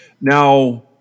Now